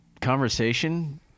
conversation